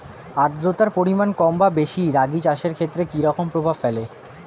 আদ্রতার পরিমাণ কম বা বেশি রাগী চাষের ক্ষেত্রে কি রকম প্রভাব ফেলে?